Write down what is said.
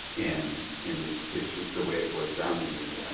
in in these tissues the way it was done in the yeah